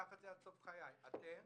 אשכח זאת עד סוף חיי אתם